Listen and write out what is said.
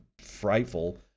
frightful